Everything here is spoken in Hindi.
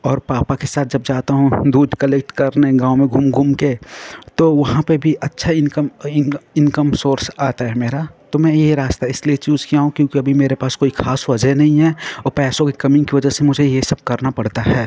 और पापा के साथ जब जाता हूँ दूध कलेक्ट करने गाँव में घूम घूम कर तो वहाँ पर भी अच्छा इनकम इनका इनकम सोर्स आता है मेरा तो मैं ये रास्ता इसलिए चूज किया हूँ क्योंकि अभी मेरे पास कोई खास वजह नही है औ पैसों की कमी की वजह से मुझे ये सब करना पड़ता है